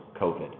COVID